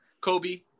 Kobe